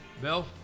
Bill